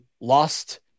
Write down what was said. lost